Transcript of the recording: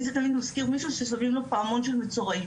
לי זה תמיד מזכיר מישהו ששמים לו פעמון של מצורעים,